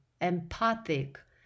empathic